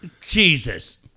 Jesus